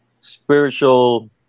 spiritual